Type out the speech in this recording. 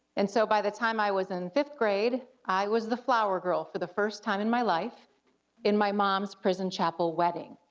and so by the time i was in fifth grade, i was the flower girl for the first time in my life in my mom's prison chapel wedding.